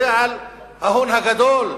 זה על ההון הגדול.